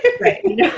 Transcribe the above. Right